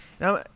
now